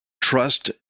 trust